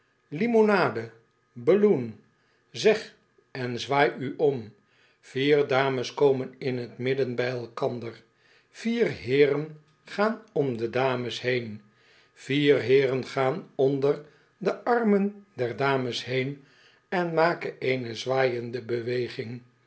limonade balloon keg en zwaai u om vier dames komen in t midden bij elkander vier heeren gaan om de dames heen vier heeren gaan onder de armen der dames heen en maken eene zwaaiende